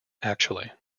actually